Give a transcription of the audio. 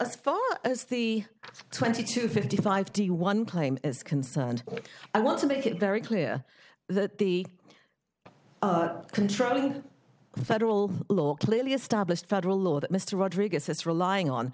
as far as the twenty two fifty five fifty one claim is concerned i want to make it very clear that the controlling federal law clearly established federal law that mr rodriguez is relying on